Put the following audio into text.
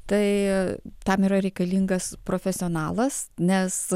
tai tam yra reikalingas profesionalas nes